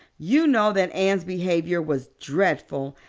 you know that anne's behavior was dreadful,